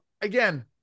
Again